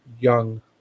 young